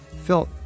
Phil